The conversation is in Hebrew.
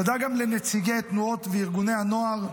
תודה גם לנציגי תנועות וארגוני הנוער,